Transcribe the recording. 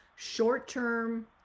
short-term